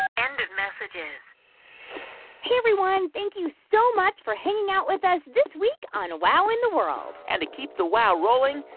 and messages hey, everyone. thank you so much for hanging out with us this week on wow in the world and to keep the wow rolling,